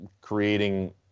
creating